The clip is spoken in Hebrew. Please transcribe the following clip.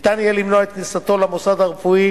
ניתן יהיה למנוע את כניסתו למוסד הרפואי.